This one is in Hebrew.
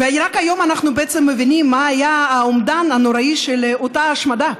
רק כיום אנחנו מבינים מה היה האומדן הנוראי של אותה השמדה,